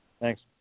Thanks